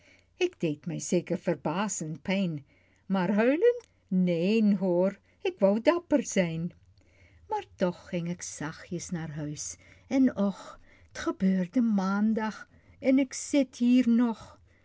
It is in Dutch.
ik deed mij zeker verbazend pijn maar huilen neen hoor k wou dapper zijn maar toch ging k zachtjes naar huis en och t gebeurde maandag en k zit hier nog